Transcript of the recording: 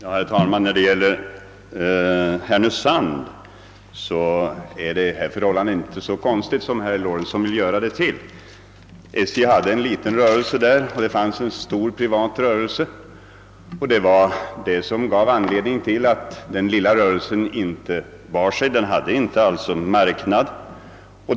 Herr talman! När det gäller företaget 1 Härnösand är förhållandena inte så konstiga som herr Lorentzon ville göra dem. SJ hade en liten rörelse där, och där fanns en stor privat rörelse. Detta var anledningen till att den lilla rörelsen inte bar sig: marknaden räckte ej till för dem båda.